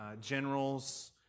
Generals